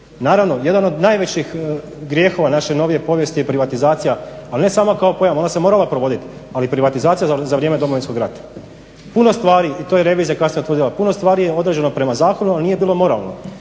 Naravno jedan od najvećih grijehova naše nove povijesti je privatizacija ali ne sama kao pojava, ona se morala provodit, ali privatizacija za vrijeme za Domovinskog rata. Puno stvari i to je kasnije revizija utvrdila, puno stvari je određeno prema zakonu a nije bilo moralno,